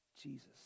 Jesus